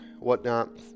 whatnot